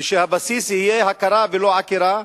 והבסיס יהיה הכרה ולא עקירה,